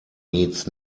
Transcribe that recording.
needs